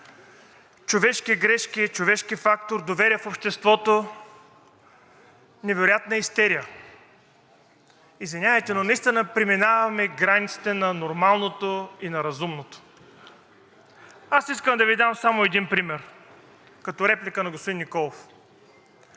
човешки грешки, човешки фактор, доверие в обществото. Невероятна истерия! Извинявайте, но наистина преминаваме границите на нормалното и на разумното. Аз искам да Ви дам само един пример като реплика на господин Николов.